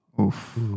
Oof